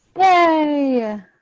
Yay